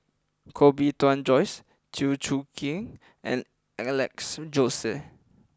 Koh Bee Tuan Joyce Chew Choo Keng and Alex Josey